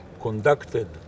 conducted